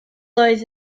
oedd